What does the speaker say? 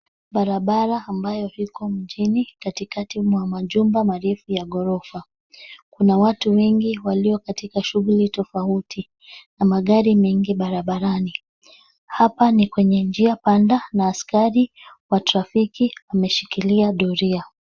Barabara ambayo iko mjini katikati mwa majumba marefu ya ghorofa. Kuna watu wengi walio katika shughuli tofauti na magari mengi barabarani. Hapa ni kwenye njia panda na askari wa trafiki wameshikilia doria.